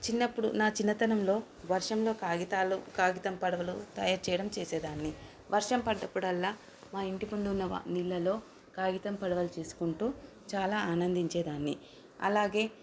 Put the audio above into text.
చిన్నప్పుడు నా చిన్నతనంలో వర్షంలో కాగితాలు కాగితం పడవలు తయారు చేయడం చేసేదాన్ని వర్షం పడ్డప్పుడల్లా మా ఇంటి పండు ఉన్న నీళ్ళలో కాగితం పడవలు చేసుకుంటూ చాలా ఆనందించేదాన్ని అలాగే